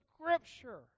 Scripture